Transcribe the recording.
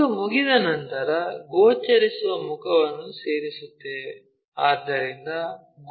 ಅದು ಮುಗಿದ ನಂತರ ಗೋಚರಿಸುವ ಮುಖಗಳನ್ನು ಸೇರಿಸುತ್ತೇವೆ